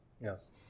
Yes